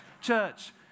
Church